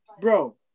bro